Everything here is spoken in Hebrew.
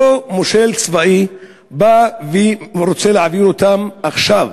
אותו מושל צבאי בא ורוצה להעביר אותם עכשיו.